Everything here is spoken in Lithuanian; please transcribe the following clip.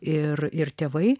ir ir tėvai